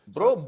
Bro